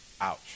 Ouch